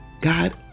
God